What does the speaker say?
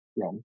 wrong